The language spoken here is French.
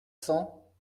cents